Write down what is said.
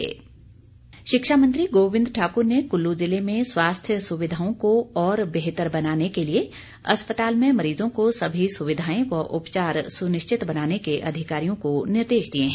गोविंद ठाकुर शिक्षा मंत्री गोविंद ठाकुर ने कुल्लू जिले में स्वास्थ्य सुविधाओं को और बेहतर बनाने के लिए अस्पताल में मरीजों को सभी सुविधाएं व उपचार सुनिश्चित बनाने के अधिकारियों को निर्देश दिए हैं